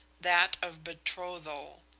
that of betrothal.